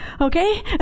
okay